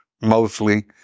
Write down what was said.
mostly